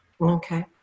Okay